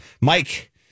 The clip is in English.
Mike